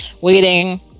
waiting